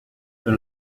pero